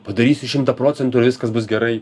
padarysi šimtą procentų ir viskas bus gerai